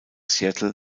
seattle